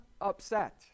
upset